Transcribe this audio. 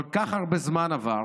כל כך הרבה זמן עבר.